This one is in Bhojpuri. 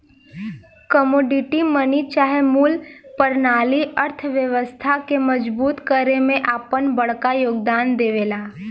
कमोडिटी मनी चाहे मूल परनाली अर्थव्यवस्था के मजबूत करे में आपन बड़का योगदान देवेला